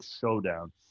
showdown